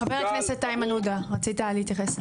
חבר הכנסת איימן עודה, רצית להתייחס.